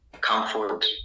comfort